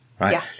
Right